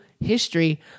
history